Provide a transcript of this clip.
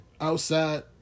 outside